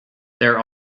there